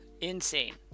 Insane